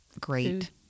great